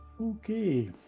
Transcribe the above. Okay